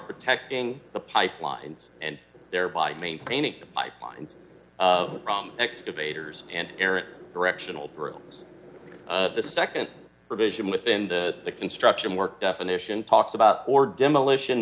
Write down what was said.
protecting the pipelines and thereby maintaining the pipelines from excavators and errant directional brooms the nd provision within the construction work definition talks about or demolition